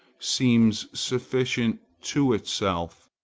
seems sufficient to itself.